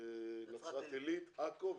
נצרת עילית, עכו וחיפה.